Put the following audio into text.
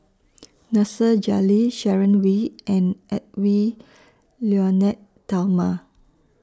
Nasir Jalil Sharon Wee and Edwy Lyonet Talma